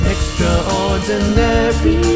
Extraordinary